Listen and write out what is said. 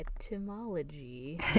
etymology